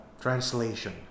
translation